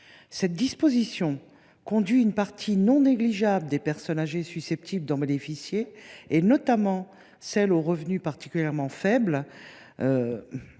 Cette disposition conduit une partie non négligeable des personnes âgées susceptibles de bénéficier de cette aide, notamment celles qui ont des revenus particulièrement faibles,